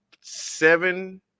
seven